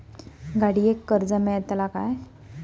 गाडयेक कर्ज मेलतला काय?